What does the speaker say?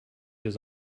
his